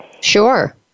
Sure